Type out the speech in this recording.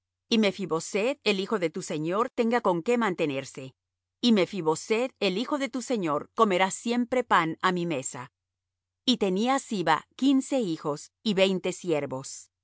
y mephi boseth el hijo de tu señor tenga con qué mantenerse y mephi boseth el hijo de tu señor comerá siempre pan á mi mesa y tenía siba quince hijos y veinte siervos